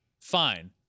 fine